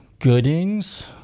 Goodings